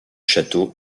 château